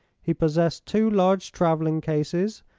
he possessed two large travelling cases,